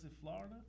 Florida